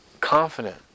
Confident